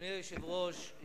אדוני היושב-ראש,